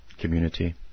community